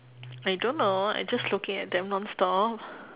I don't know I just looking at them nonstop